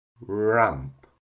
ramp